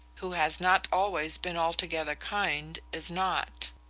who has not always been altogether kind, is not.